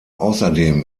außerdem